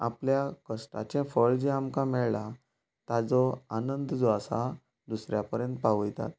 आपल्या कश्टाचें फळ जें आमकां मेळ्ळां ताजो आनंद जो आसा दुसऱ्या पर्यंत पावयतात